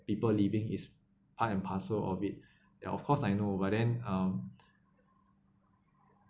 people leaving is part and parcel of it ya of course I know but then um